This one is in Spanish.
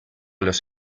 los